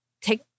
take